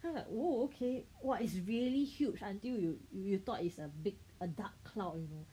看了 oh okay !whoa! is really huge until you you thought is a big dark cloud you know